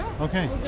Okay